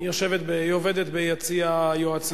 היא עובדת בתאי היועצים.